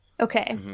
Okay